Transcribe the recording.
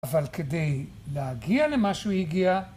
אבל כדי להגיע למה שהוא הגיע